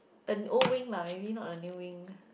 the old wing lah maybe not the new wing